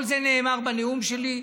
כל זה נאמר בנאום שלי.